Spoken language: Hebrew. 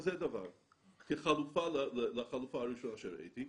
כזה דבר כחלופה לחלופה הראשונה שהראיתי,